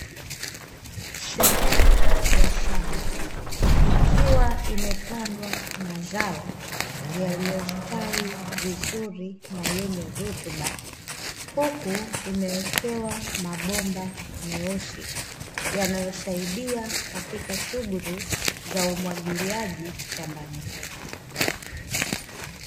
Sehemu ya shamba, ikiwa imepandwa mazao yaliyostawi vizuri na yenye rutuba, huku imewekewa mabomba meusi yanayosaidia katika shughuli za umwagiliaji shambani humo.